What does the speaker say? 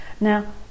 Now